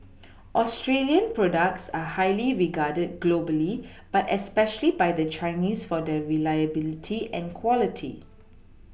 Australian products are highly regarded globally but especially by the Chinese for their reliability and quality